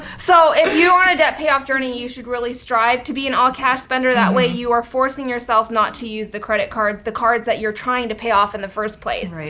so if you are on a debt payoff journey, you should really strive to be an all cash spender, that way you are forcing yourself not to use the credit cards, the cards that you're trying to pay off in the first place.